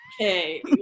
okay